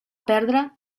perdre